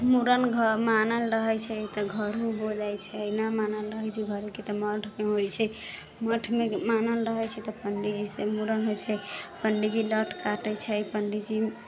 मूड़न मानल रहै छै तऽ घरहूँ हो जाइ छै नहि मानल रहै छै घरेके तऽ मठमे होइ छै मठमे मानल रहै छै तऽ पण्डीजीसँ मूड़न होइ छै पण्डीजी लट काटै छै पण्डीजी